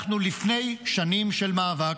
אנחנו לפני שנים של מאבק.